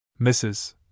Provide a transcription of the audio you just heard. Mrs